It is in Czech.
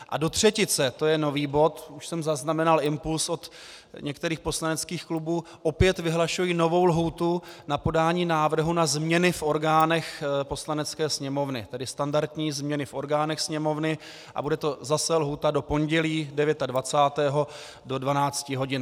A do třetice, to je nový bod, už jsem zaznamenal impuls od některých poslaneckých klubů, opět vyhlašuji novou lhůtu na podání návrhu na změny v orgánech Poslanecké sněmovny, tedy standardní změny v orgánech Sněmovny, bude to zase lhůta do pondělí 29. 9. do 12 hod.